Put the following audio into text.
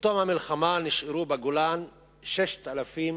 בתום המלחמה נשארו בגולן 6,000